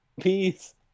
Peace